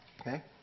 okay